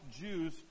Jews